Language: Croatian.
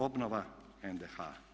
Obnova NDH.